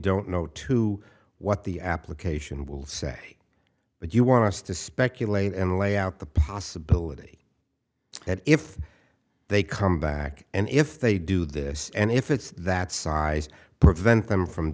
don't know to what the application will say but you want us to speculate and lay out the possibility that if they come back and if they do this and if it's that size prevent them from